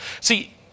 See